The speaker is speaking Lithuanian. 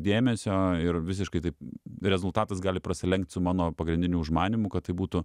dėmesio ir visiškai taip rezultatas gali prasilenkt su mano pagrindiniu užmanymu kad tai būtų